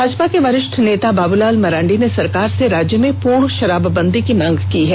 भाजपा के वरिष्ठ नेता बाबूलाल मरांडी ने सरकार से राज्य में पूर्ण शराबबंदी की मांग की है